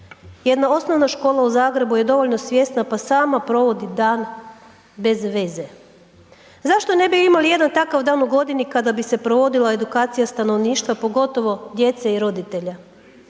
Jedna osnovna škola u Zagrebu je dovoljno svjesna pa sama providi dan bez veze. Zašto ne bi imali jedan takav dan u godini kada bi se provodila edukacija stanovništva pogotovo djece i roditelja?